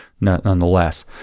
nonetheless